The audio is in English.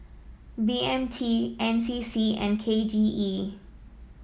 B M T N C C and K J E